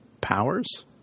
powers